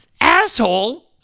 asshole